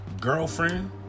girlfriend